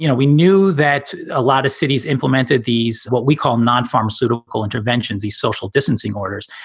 you know we knew that a lot of cities implemented these what we call non-pharmaceutical interventions, a social distancing orders.